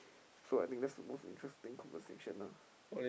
so I think that's the most interesting conversation ah